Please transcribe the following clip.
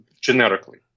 generically